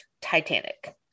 Titanic